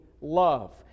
love